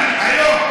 אין תקרה,